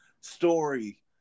story